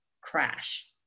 crash